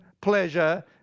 pleasure